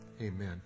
amen